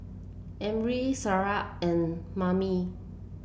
Amrin Syirah and Mommy